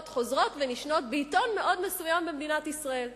חוזרות ונשנות בעיתון מאוד מסוים במדינת ישראל.